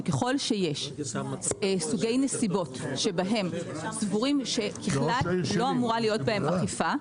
שככל שיש סוגי נסיבות שבהם סבורים שבכלל לא אמורה להיות בהם אכיפה,